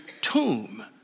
tomb